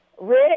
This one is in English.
rick